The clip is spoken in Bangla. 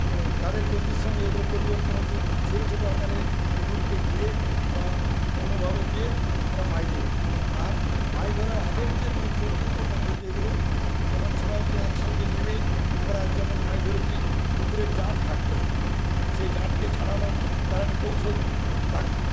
কালের গতির সঙ্গে এগুলো পরিবর্তন হয়েছে ছোটো ছোটো আকারে পুকুরকে ঘিরে বা অন্যভাবে দিয়ে আমরা মাছ ধরি আর মাছ ধরার আগের যে নিয়ম ছিল পুরনো পদ্ধতি এগুলো তখন সবাই মিলে একসঙ্গে নেমে আমরা যেমন মাছ ধরেছি পুকুরে জাঁট থাকত একটা করে সেই জাঁটকে ছাড়ানো তার একটা কৌশল থাকত